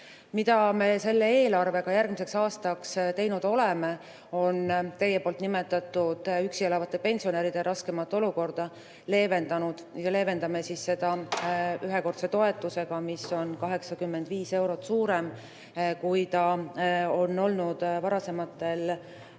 me selles eelarves järgmiseks aastaks teinud oleme, on teie nimetatud üksi elavate pensionäride raskema olukorra leevendamine. Leevendame seda ühekordse toetusega, mis on 85 eurot suurem, kui see on olnud varasematel aastatel.